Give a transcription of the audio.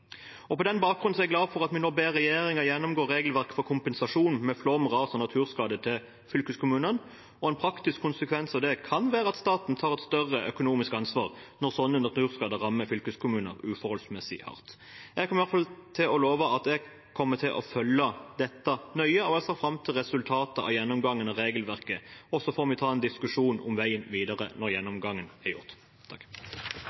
På denne bakgrunn er jeg glad for at vi nå ber regjeringen gjennomgå regelverket for kompensasjon ved flom, ras og naturskade til fylkeskommunene. En praktisk konsekvens av det kan være at staten tar et større økonomisk ansvar når sånne naturskader rammer fylkeskommunene uforholdsmessig hardt. Jeg lover i hvert fall at jeg kommer til å følge dette nøye, og jeg ser fram til resultatet av gjennomgangen av regelverket. Så får vi ta en diskusjon om veien videre når